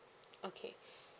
okay